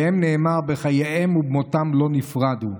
עליהם נאמר "בחייהם ובמותם לא נפרדו".